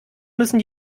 müssen